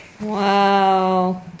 Wow